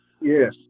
Yes